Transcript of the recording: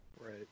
Right